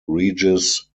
regis